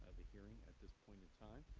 the hearing at this point in time.